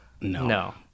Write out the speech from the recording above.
No